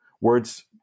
Words